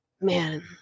man